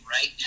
right